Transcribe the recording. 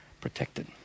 Protected